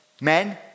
men